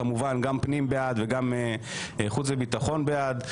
כמובן שגם ועדת הפנים בעד וגם ועדת החוץ והביטחון בעד,